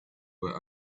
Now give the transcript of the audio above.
were